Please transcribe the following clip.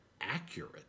accurate